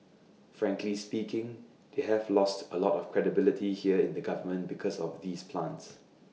frankly speaking they have lost A lot of credibility here in the government because of these plants